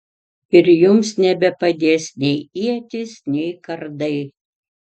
ir jums nebepadės nei ietys nei kardai